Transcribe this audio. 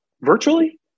virtually